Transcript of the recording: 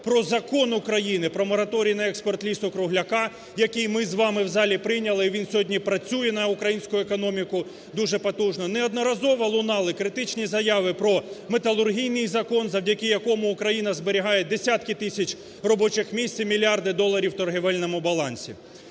про Закон України про мораторій на експорт лісу-кругляку, який ми з вами в залі прийняли і він сьогодні працює на українську економіку дуже потужно, неодноразово лунали критичні заяви про "металургійний закон", завдяки якому Україна зберігає десятки тисяч робочих місць і мільярди доларів у торгівельному балансі.